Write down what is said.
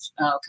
Okay